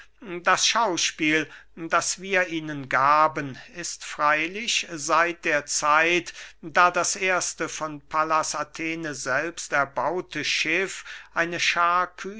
das schauspiel das wir ihnen gaben ist freylich seit der zeit da das erste von pallas athene selbst erbaute schiff eine schaar